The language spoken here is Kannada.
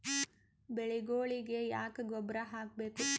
ಬೆಳಿಗೊಳಿಗಿ ಯಾಕ ಗೊಬ್ಬರ ಹಾಕಬೇಕು?